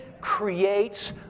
creates